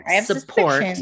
support